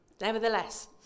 Nevertheless